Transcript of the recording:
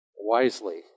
wisely